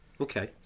okay